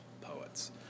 poets